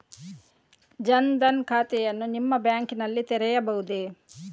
ಜನ ದನ್ ಖಾತೆಯನ್ನು ನಿಮ್ಮ ಬ್ಯಾಂಕ್ ನಲ್ಲಿ ತೆರೆಯಬಹುದೇ?